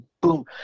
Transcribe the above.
boom